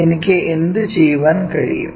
എനിക്ക് എന്ത് ചെയ്യാൻ കഴിയും